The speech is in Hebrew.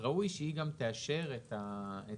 ראוי שהיא גם תאשר את האגרות